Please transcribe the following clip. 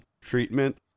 treatment